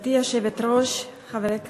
גברתי היושבת-ראש, חברי הכנסת,